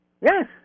Yes